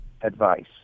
Advice